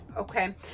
okay